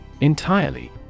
Entirely